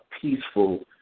peaceful